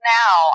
now